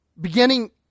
Beginning